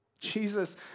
Jesus